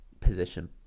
position